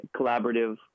collaborative